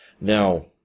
Now